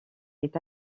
est